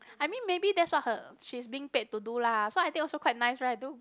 I mean maybe that's why her she's paying paid to do lah so I think also quite nice right